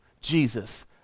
Jesus